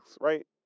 right